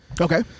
Okay